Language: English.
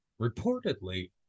Reportedly